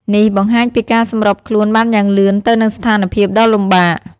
នេះបង្ហាញពីការសម្របខ្លួនបានយ៉ាងលឿនទៅនឹងស្ថានភាពដ៏លំបាក។